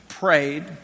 prayed